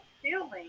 Feeling